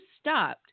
stopped